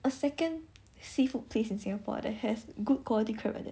a second seafood place in singapore that has good quality crab like that